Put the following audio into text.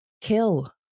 kill